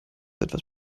etwas